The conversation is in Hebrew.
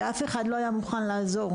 ואף אחד לא היה מוכן לעזור.